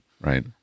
right